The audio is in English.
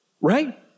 right